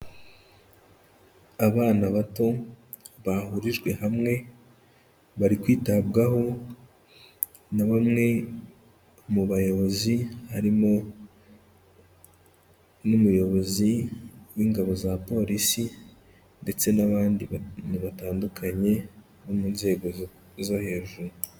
Abana bato bahurijwe hamwe, bari kwitabwaho na bamwe mu bayobozi harimo n'umuyobozi w'ingabo za polisi ndetse n'abandi bantu batandukanye bo mu nzego zo hejuru.